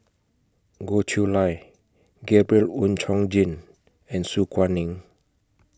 Goh Chiew Lye Gabriel Oon Chong Jin and Su Guaning